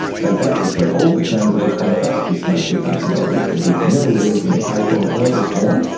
so basically all the terms of a contract, which most people would obviously be familiar with, in paper or verbal form,